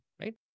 right